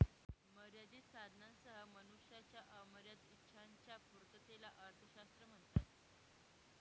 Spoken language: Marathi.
मर्यादित साधनांसह मनुष्याच्या अमर्याद इच्छांच्या पूर्ततेला अर्थशास्त्र म्हणतात